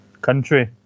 country